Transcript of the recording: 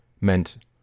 meant